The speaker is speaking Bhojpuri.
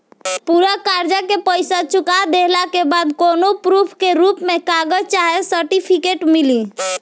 पूरा कर्जा के पईसा चुका देहला के बाद कौनो प्रूफ के रूप में कागज चाहे सर्टिफिकेट मिली?